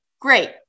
Great